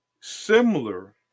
similar